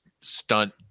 stunt